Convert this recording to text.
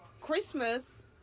Christmas